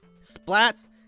splats